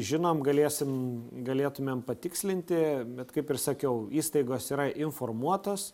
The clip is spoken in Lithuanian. žinom galėsim galėtumėm patikslinti bet kaip ir sakiau įstaigos yra informuotos